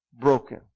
Broken